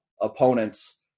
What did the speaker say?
opponents